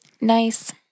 Nice